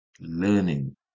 learning